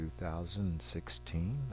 2016